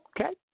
Okay